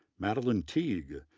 madelyn teague,